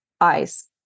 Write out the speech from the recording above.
eyes